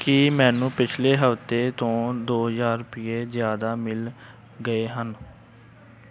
ਕੀ ਮੈਨੂੰ ਪਿਛਲੇ ਹਫ਼ਤੇ ਤੋਂ ਦੋ ਹਜ਼ਾਰ ਰੁਪਈਏ ਜ਼ਿਆਦਾ ਮਿਲ ਗਏ ਹਨ